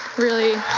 really